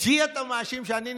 אותי אתה מאשים שאני נתפס?